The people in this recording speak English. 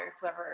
whoever